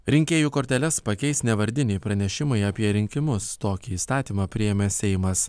rinkėjų korteles pakeis nevardiniai pranešimai apie rinkimus tokį įstatymą priėmė seimas